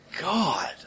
God